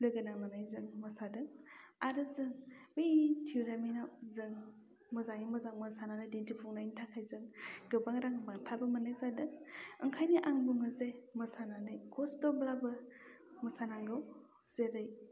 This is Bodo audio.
लोगो नांनानै जों मोसादों आरो जों बै टुर्नामेनाव जों मोजाङै मोजां मोसानानै दिन्थिफुंनायनि थाखाय जों गोबां रां बान्थाबो मोननाय जादों ओंखायनो आं बुङो जे मोसानानै खस्थ'ब्लाबो मोसानांगौ जेरै